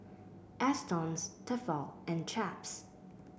Astons Tefal and Chaps